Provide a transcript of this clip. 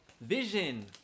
Vision